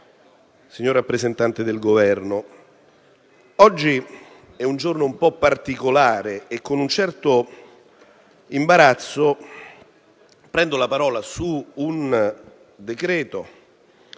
signor rappresentante del Governo, oggi è un giorno un po' particolare, ed è con un certo imbarazzo che prendo la parola annunciando